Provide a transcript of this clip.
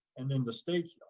and in the state,